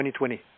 2020